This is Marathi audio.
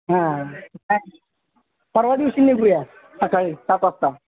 हां नाही परवा दिवशी निघूया सकाळी सात वाजता